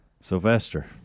Sylvester